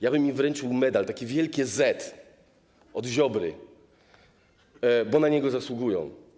Ja bym im wręczył medal, takie wielkie ˝Z˝ od Ziobry, bo na niego zasługują.